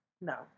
no